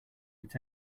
could